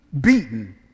beaten